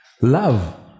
Love